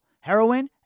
heroin